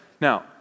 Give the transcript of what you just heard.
Now